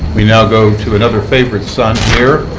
we now go to another favored son here,